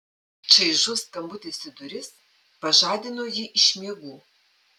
čaižus skambutis į duris pažadino jį iš miegų